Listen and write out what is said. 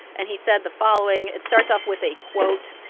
and he said the following. it starts off with a quote,